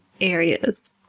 areas